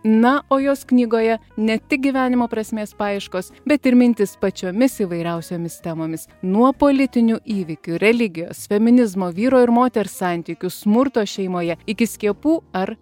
na o jos knygoje ne tik gyvenimo prasmės paieškos bet ir mintys pačiomis įvairiausiomis temomis nuo politinių įvykių religijos feminizmo vyro ir moters santykių smurto šeimoje iki skiepų ar